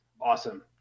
Awesome